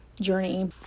journey